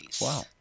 Wow